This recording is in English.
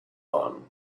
one